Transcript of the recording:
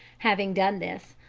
having done this,